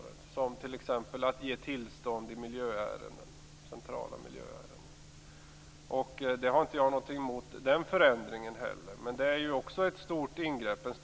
Det kan gälla t.ex. tillståndsgivning i centrala miljöärenden. Jag har ingenting emot en sådan förändring, som ju också är ett stort ingrepp.